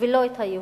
ולא את היהודים.